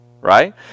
right